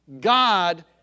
God